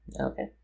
Okay